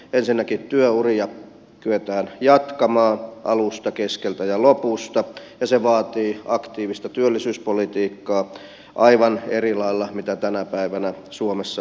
ensinnäkin työuria kyetään jatkamaan alusta keskeltä ja lopusta ja se vaatii aktiivista työllisyyspolitiikkaa aivan eri lailla kuin mitä tänä päivänä suomessa harjoitetaan